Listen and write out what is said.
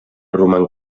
roman